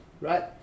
right